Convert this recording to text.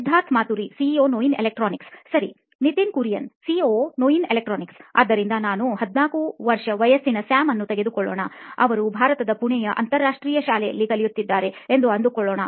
Siddharth Maturi CEO ನೋಯಿನ್ electronics ಸರಿ Nitin Kurian COO ನೋಯಿನ್ ಎಲೆಕ್ಟ್ರಾನಿಕ್ಸ್ಆದ್ದರಿಂದ ನಾವು 14 ವರ್ಷ ವಯಸ್ಸಿನ ಸ್ಯಾಮ್ ಅನ್ನು ತೆಗೆದುಕೊಳ್ಳೋಣ ಅವರು ಭಾರತದ ಪುಣೆಯ ಅಂತರರಾಷ್ಟ್ರೀಯ ಶಾಲೆಯಲ್ಲಿ ಕಲಿಯುತ್ತಿದ್ದಾರೆ ಎಂದು ಅಂದು ಕೊಳ್ಳೋಣ